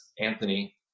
Anthony